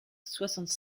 soixante